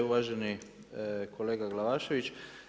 Uvaženi kolega Glavašević.